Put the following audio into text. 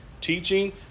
teaching